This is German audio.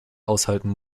aushalten